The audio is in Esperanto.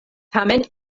tamen